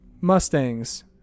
Mustangs